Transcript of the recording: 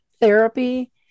therapy